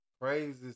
crazy